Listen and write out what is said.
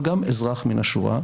אבל גם אזרח מן השורה,